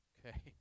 Okay